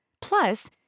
Plus